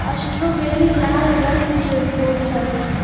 strawberry लाल रंग के होव हई